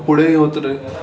पुढेही होत र